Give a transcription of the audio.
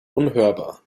unhörbar